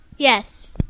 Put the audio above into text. Yes